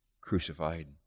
crucified